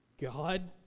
God